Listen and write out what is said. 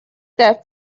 that